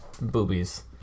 boobies